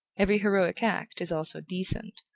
every heroic act is also decent,